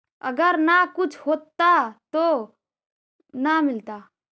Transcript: अगर न कुछ होता तो न मिलता?